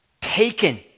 taken